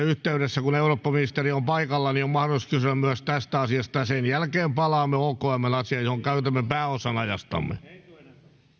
yhteydessä kun eurooppaministeri on paikalla on mahdollisuus kysyä myös tästä asiasta ja sen jälkeen palaamme okmn asiaan johon käytämme pääosan ajastamme